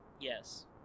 Yes